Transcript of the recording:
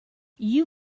you